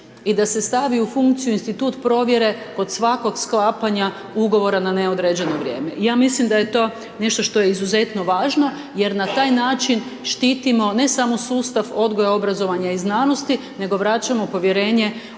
i da se stavi u funkciju institut provjere kod svakog sklapanja ugovora na neodređeno vrijeme. Ja mislim da je to nešto što je izuzetno važno, jer na taj način štitimo ne samo sustav odgoja, obrazovanja i znanosti, nego vraćamo povjerenje u